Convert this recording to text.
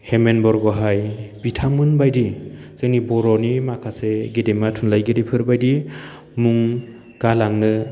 हेमेन बरग'हाय बिथांमोन बायदि जोंनि बर'नि माखासे गेदेरमा थुनलाइगिरिफोरबायदि मुं गालांनो